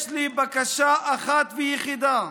יש לי בקשה אחת ויחידה: